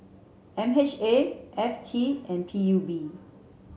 M H A F T and P U B